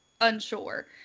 unsure